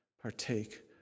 partake